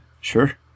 sure